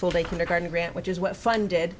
full day kindergarten grant which is what funded